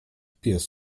pies